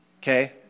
Okay